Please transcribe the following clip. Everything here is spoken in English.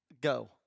Go